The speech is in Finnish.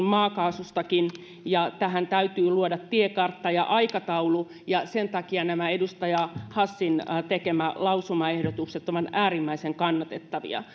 maakaasustakin ja tähän täytyy luoda tiekartta ja aikataulu ja sen takia nämä edustaja hassin tekemät lausumaehdotukset ovat äärimmäisen kannatettavia